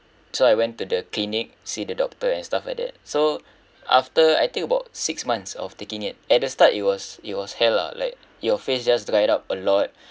so I went to the clinic see the doctor and stuff like that so after I think about six months of taking it at the start it was it was hell lah like your face just dried up a lot